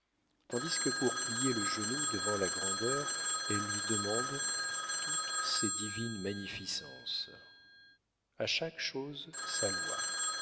tandis que pour plier le genou devant la grandeur elle lui demande toutes ses divines magnificences a chaque chose sa loi